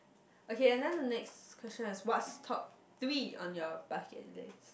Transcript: okay and then the next question is what's top three on your bucket list